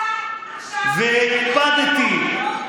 אתה עכשיו משתמש בכוחנות בסמכות שלך ובכוח שלך.